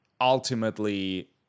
ultimately